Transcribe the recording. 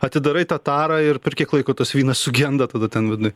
atidarai tą tarą ir per kiek laiko tas vynas sugenda tada ten viduj